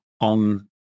on